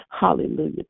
Hallelujah